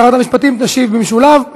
שרת המשפטים תשיב במשולב,